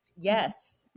Yes